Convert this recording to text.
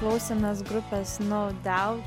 klausėmės grupės no daubt